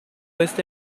este